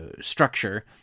structure